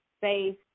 faith